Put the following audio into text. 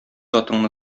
атыңны